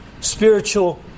spiritual